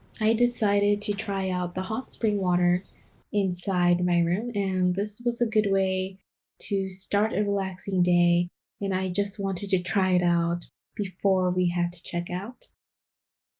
i decided to try out the hot spring water inside my room and this was a good way to start a relaxing day and i just wanted to try it out before we had to check out.